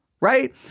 right